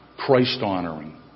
Christ-honoring